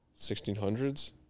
1600s